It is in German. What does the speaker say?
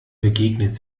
begegnet